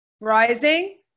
rising